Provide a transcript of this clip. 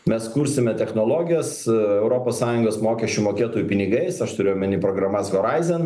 mes kursime technologijas europos sąjungos mokesčių mokėtojų pinigais aš turiu omeny programas horaizen